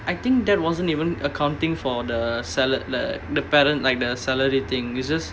I think that wasn't even accounting for the salar~ the the para~ like the salary thing it's just